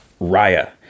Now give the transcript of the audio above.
Raya